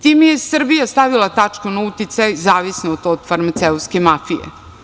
Time je Srbija stavila tačku na uticaj od te farmaceutske mafije.